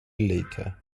later